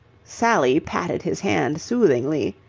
sally patted his hand soothingly.